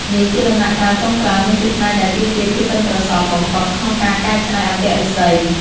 នេះជាដំណាក់កាលចុងក្រោយ និងជាផ្នែកដែលទាមទារភាពប៉ិនប្រសប់បំផុតក្នុងការកែច្នៃអន្ទាក់ឫស្សី។